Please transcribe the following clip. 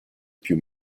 più